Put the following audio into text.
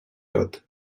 cut